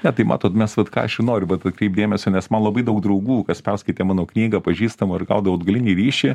ne tai matot mes vat ką aš ir noriu vat atkreipt dėmesio nes man labai daug draugų kas perskaitė mano knygą pažįstamų ir gaudavau atgalinį ryšį